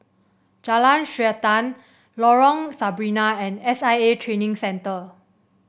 Jalan Srantan Lorong Sarina and S I A Training Centre